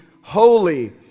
holy